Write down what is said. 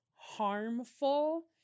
harmful